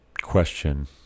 question